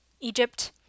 Egypt